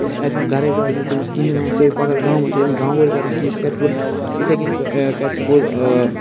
اَتہِ گَرے کالہِ نہٕ تٔمِس کہیٖنۍ وۄن سُہ ہٮ۪کہِ پَگاہ گامَس ییٚلہِ گامہٕ وٲلۍ کَرن کیس سُہِ پتہٕ اِتھے کنۍ کَرِ سُہ پوٗرٕ